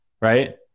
right